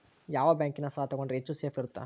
ಯಾವ ಬ್ಯಾಂಕಿನ ಸಾಲ ತಗೊಂಡ್ರೆ ಹೆಚ್ಚು ಸೇಫ್ ಇರುತ್ತಾ?